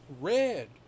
red